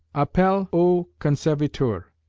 appel aux conservateurs.